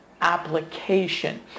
application